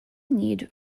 need